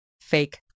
fake